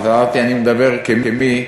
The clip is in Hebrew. אז אמרתי: אני מדבר כמי,